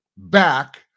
back